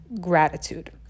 Gratitude